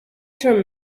term